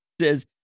says